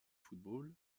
football